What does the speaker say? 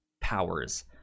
powers